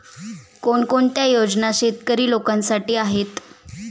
कोणकोणत्या योजना शेतकरी लोकांसाठी आहेत?